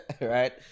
right